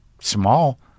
small